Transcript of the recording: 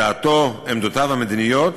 דעתו, עמדותיו המדיניות,